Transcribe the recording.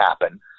happen